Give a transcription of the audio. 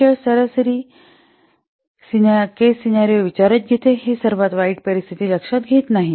हे केवळ सरासरी केस सिनेरिओ विचारात घेते हे सर्वात वाईट परिस्थिती लक्षात घेत नाही